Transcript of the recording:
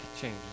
change